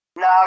No